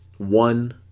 One